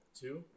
two